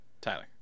Tyler